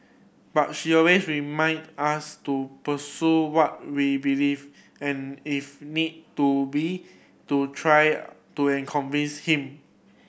but she always reminded us to pursue what we believed and if need to be to try to convince him